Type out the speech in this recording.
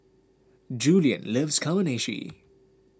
Julien loves Kamameshi